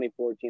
2014